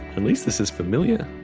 and least this is familiar.